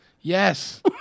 Yes